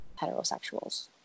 heterosexuals